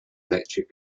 electric